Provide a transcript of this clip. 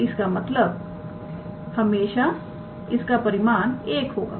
तो इसका परिमाण हमेशा 1 होगा